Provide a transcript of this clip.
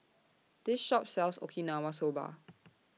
This Shop sells Okinawa Soba